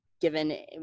given